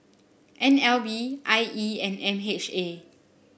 N L B I E and M H A